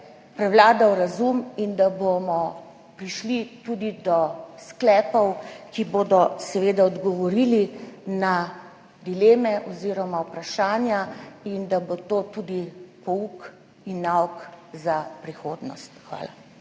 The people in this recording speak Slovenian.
prevladal razum in da bomo prišli tudi do sklepov, ki bodo seveda odgovorili na dileme oziroma vprašanja in da bo to tudi pouk in nauk za prihodnost. Hvala.